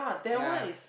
ya